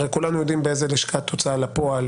הרי כולנו יודעים באיזו לשכת הוצאה לפועל